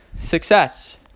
success